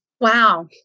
Wow